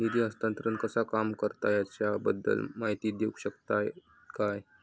निधी हस्तांतरण कसा काम करता ह्याच्या बद्दल माहिती दिउक शकतात काय?